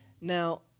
Now